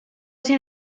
seen